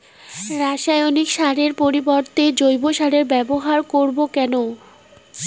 রাসায়নিক সারের পরিবর্তে জৈব সারের ব্যবহার করব কেন?